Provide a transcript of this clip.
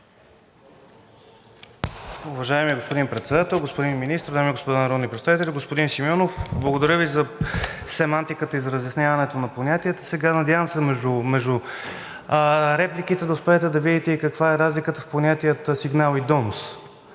Уважаеми господин Председател, господин Министър, дами и господа народни представители! Господин Симеонов, благодаря Ви за семантиката и за разясняването на понятията. Надявам се между репликите да успеете да видите и каква е разликата в понятията „сигнал“ и „донос“,